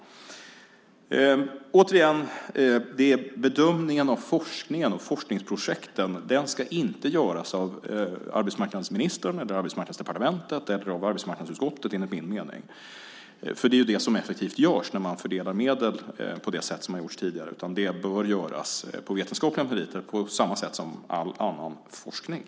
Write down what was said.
Bedömningen av forskningen och forskningsprojekten ska, enligt min mening, inte göras av arbetsmarknadsministern eller Arbetsmarknadsdepartementet eller av arbetsmarknadsutskottet. Det är ju det man gör när man fördelar medel på det sätt som man har gjort tidigare. Det bör göras på vetenskapliga meriter på samma sätt som för all annan forskning.